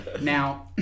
now